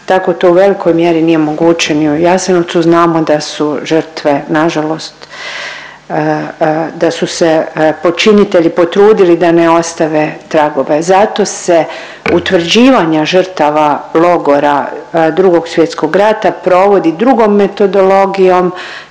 tako to u velikoj mjeri nije moguće ni u Jasenovcu. Znamo da su žrtve nažalost, da su se počinitelji potrudili da ne ostave tragove. Zato se utvrđivanje žrtava logora Drugog svjetskog rata provodi drugom metodologijom,